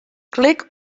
klik